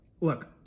look